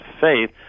faith